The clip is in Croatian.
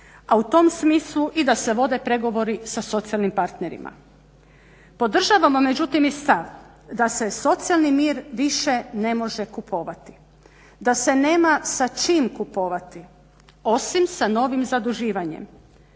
a u tom smislu da se vode pregovori sa socijalnim partnerima, podržavamo međutim i stav da se socijalni mir više ne može kupovati, da se nema sa čim kupovati, osim sa novim zaduživanjem,